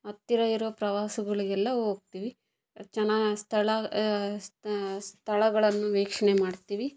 ಹತ್ತಿರ ಇರೋ ಪ್ರವಾಸಗಳಿಗೆಲ್ಲ ಹೋಗ್ತೀವಿ ಚನಾ ಸ್ಥಳ ಸ್ಥಳಗಳನ್ನು ವೀಕ್ಷಣೆ ಮಾಡ್ತೀವಿ